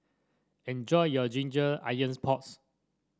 enjoy your Ginger Onions Porks